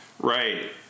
Right